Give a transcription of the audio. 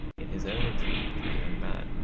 in his own entreaty to the young man,